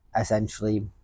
essentially